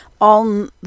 on